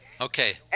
Okay